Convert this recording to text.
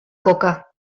coca